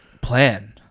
plan